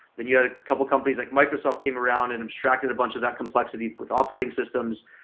then you had a couple of companies like microsoft came around and abstracted a bunch of that complexity with operating systems.